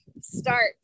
start